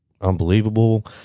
unbelievable